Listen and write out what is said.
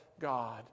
God